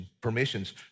permissions